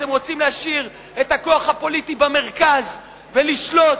אתם רוצים להשאיר את הכוח הפוליטי במרכז ולשלוט,